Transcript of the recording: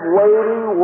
waiting